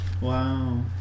Wow